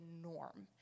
norm